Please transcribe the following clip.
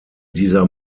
dieser